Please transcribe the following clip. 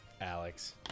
Alex